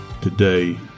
today